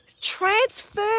Transfer